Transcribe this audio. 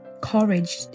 courage